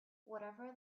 whatever